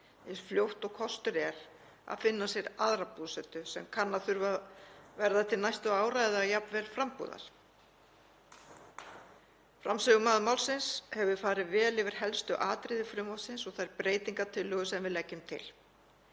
eins fljótt og kostur er að finna sér aðra búsetu sem kann að þurfa að vera til næstu ára eða jafnvel frambúðar. Framsögumaður málsins hefur farið vel yfir helstu atriði nefndarálitsins og þær breytingartillögur sem við í